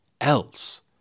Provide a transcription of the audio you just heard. else